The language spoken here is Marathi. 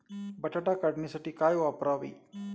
बटाटा काढणीसाठी काय वापरावे?